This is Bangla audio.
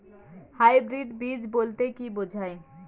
হাইব্রিড বীজ বলতে কী বোঝায়?